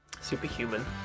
superhuman